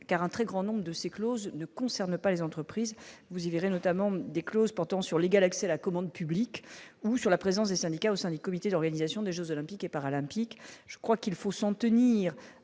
car un très grand nombre de ces clauses ne concernent pas les entreprises, vous y verrez notamment, mais des clauses portant sur l'égal accès à la commande publique ou sur la présence des syndicats au sein du comité d'organisation des Jeux olympiques et paralympiques je crois qu'il faut s'en tenir